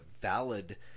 valid